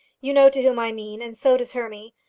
you know to whom i mean, and so does hermy.